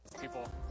people